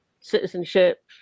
citizenship